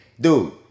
dude